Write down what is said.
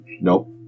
Nope